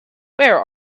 where